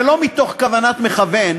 שלא מתוך כוונת מכוון